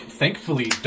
thankfully